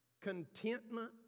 contentment